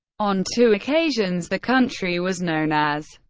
on two occasions, the country was known as.